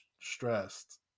stressed